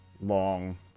long